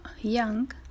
young